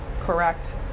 Correct